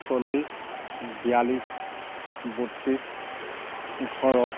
চল্লিছ বিয়ালিছ বত্ৰিছ ওঠৰ